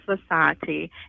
Society